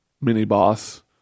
mini-boss